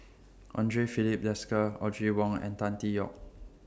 Andre Filipe Desker Audrey Wong and Tan Tee Yoke